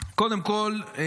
קודם כול,